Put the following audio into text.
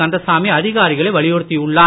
கந்தசாமி அதிகாரிகளை வலியுறுத்தியுள்ளார்